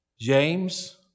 James